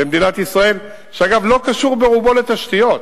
במדינת ישראל, ואגב, הוא לא קשור ברובו לתשתיות,